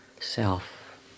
self